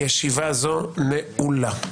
הישיבה נעולה.